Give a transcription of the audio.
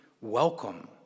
welcome